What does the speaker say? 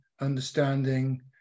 understanding